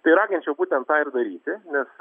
tai raginčiau būtent tą ir daryti nes